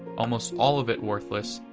almost all of it worthless,